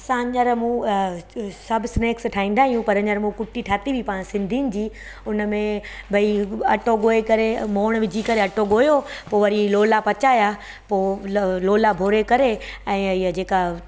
असां हींअर मूं अ सभु स्नैकस ठाहींदा आहियूं पर हींअर मूं कुटी ठाती नी पाण सिंधियुनि जी हुन में बई अटो ॻोए करे मोहिणु विझी करे अटो ॻोयो पोइ वरी लोला पचाया पोइ ल लोला भोरे करे ऐं इअ जेका